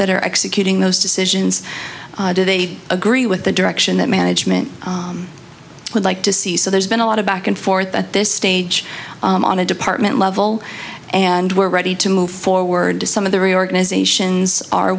that are executing those decisions do they agree with the direction that management would like to see so there's been a lot of back and forth at this stage on a department level and we're ready to move forward to some of the organizations are